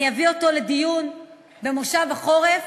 אני אביא אותו לדיון במושב החורף,